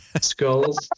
skulls